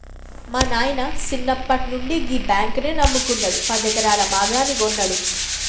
మా నాయిన సిన్నప్పట్నుండి గీ బాంకునే నమ్ముకున్నడు, పదెకరాల మాగాని గొన్నడు